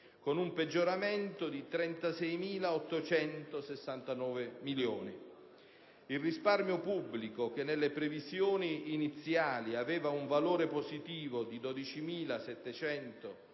con un peggioramento di 36.869 milioni; il risparmio pubblico, che nelle previsioni iniziali aveva un valore positivo di 12.748 milioni,